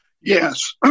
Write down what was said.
Yes